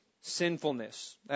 sinfulness